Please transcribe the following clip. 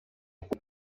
city